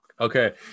Okay